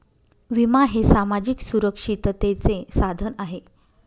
विमा हे सामाजिक सुरक्षिततेचे साधन आहे